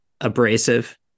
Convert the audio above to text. abrasive